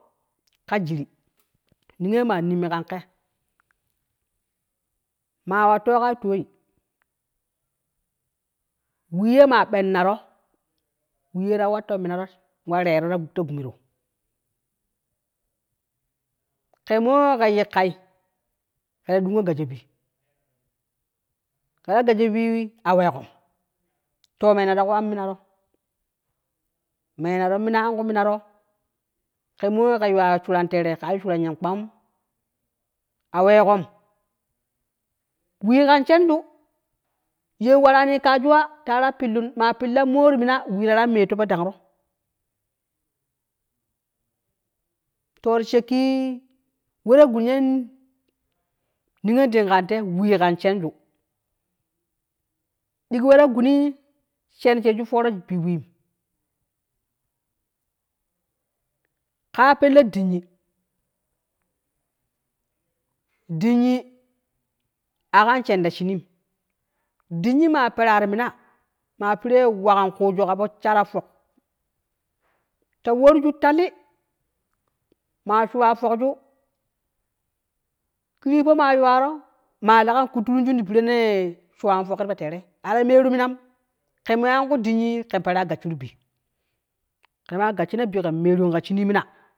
Ka jiri niyee maa minkan ke ma wa toga toi, wii yee maa ɓen na ro, wii ye ta watto mina wa rero ta gume ro kemoo ke yikkai ken dungu gassho bi, keta gasho bi awee goni to menaro we an minaro menaro mina ankuu minaro ka moo yeke yuwa shuran teere ke yu shuran yen kpaguru a weegon wii kan shenju, ye waranii kajuwa tara pillun maa pilla moo ti mina wii tara metto po dangro, to ti shekk iwe tagun ye niyon ding kante, wii kan shen digi weta guni shen sheeju fooro bi she wiim, kaa pelle dinyi dinyi akan shen ta shiniim dinyi maa akan shen ta shiniim dinyi maa peraa ta mina maa pire wakan kuuju abo sha ta fok ta warju tali, maa shuwa yokju kiripo maa yuwaro maa lega in kutturuju ti pirenni shuwan fokju tipo terei ata meru minam ke moo akuu dinyi ke peraa gashurubi kemaa gashina bi ken meerun ka shinii mina